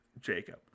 Jacob